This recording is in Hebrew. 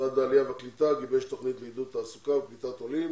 משרד העלייה והקליטה גיבש תוכנית לעידוד תעסוקה וקליטת עולים